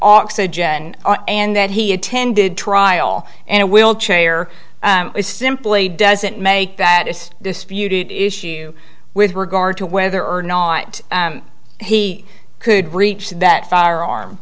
oxygen and that he attended trial and will chair is simply doesn't make that is disputed issue with regard to whether or not he could reach that firearm